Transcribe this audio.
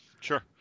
Sure